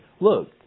look